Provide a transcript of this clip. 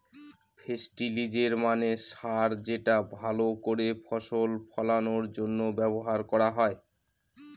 ফেস্টিলিজের মানে সার যেটা ভাল করে ফসল ফলানোর জন্য ব্যবহার করা হয়